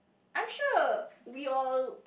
I'm sure we all